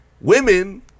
Women